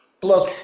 plus